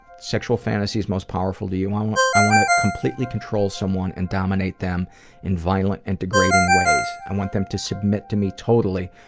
sexual fantasies most powerful to you i want i want to completely control someone and dominate them in violent and degrading ways. i want them to submit to me totally,